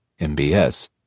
MBS